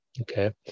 okay